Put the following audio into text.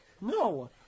No